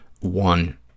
one